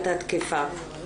את התקיפה.